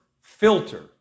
filter